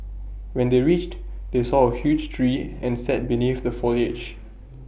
when they reached they saw A huge tree and sat beneath the foliage